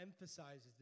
emphasizes